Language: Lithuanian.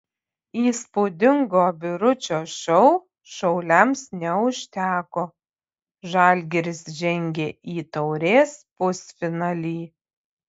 įspūdingo biručio šou šiauliams neužteko žalgiris žengė į taurės pusfinalį